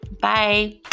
Bye